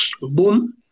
Boom